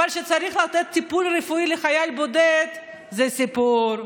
אבל כשצריך לתת טיפול רפואי לחייל בודד זה סיפור,